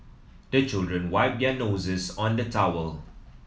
the children wipe their noses on the towel